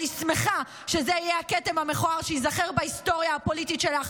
אני שמחה שזה יהיה הכתם המכוער שייזכר בהיסטוריה הפוליטית שלך,